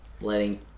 letting